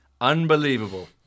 Unbelievable